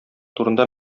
турында